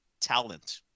talent